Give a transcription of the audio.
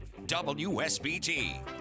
WSBT